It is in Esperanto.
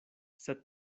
sed